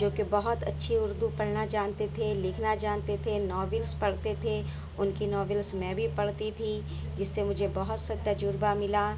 جو کہ بہت اچھی اردو پڑھنا جانتے تھے لکھنا جانتے تھے ناولس پڑھتے تھے ان کی ناولس میں بھی پڑھتی تھی جس سے مجھے بہت سا تجربہ ملا